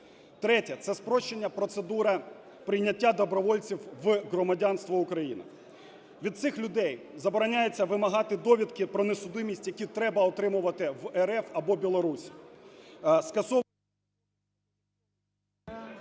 Третє – це спрощена процедура прийняття добровольців у громадянство України. Від цих людей забороняється вимагати довідки про несудимість, які треба отримувати в РФ або Білорусі.